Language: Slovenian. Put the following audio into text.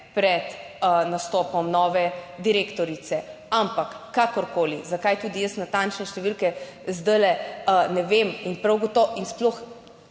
pred nastopom nove direktorice. Ampak kakorkoli, zakaj tudi jaz natančne številke zdajle ne vem in prav gotovo in sploh